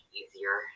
easier